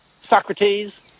Socrates